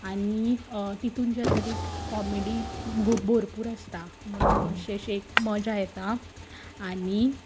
आनी तितून जे आसा ती कॉमेडी भोरपूर आसता म्हणून मातशेंशे एक मजा येता आनी